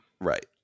Right